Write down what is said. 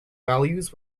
values